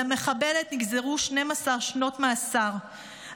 על המחבלת נגזרו 12 שנות מאסר,